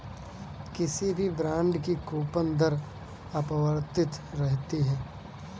किसी भी बॉन्ड की कूपन दर अपरिवर्तित रहती है